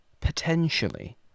potentially